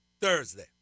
Thursday